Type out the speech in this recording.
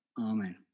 Amen